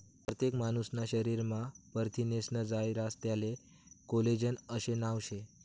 परतेक मानूसना शरीरमा परथिनेस्नं जायं रास त्याले कोलेजन आशे नाव शे